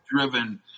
Driven